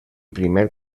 primer